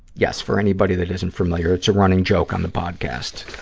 yes, for anybody that isn't familiar, it's a running joke on the podcast